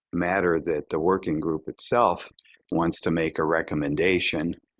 matter that the working group itself wants to make a recommendation